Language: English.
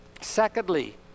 Secondly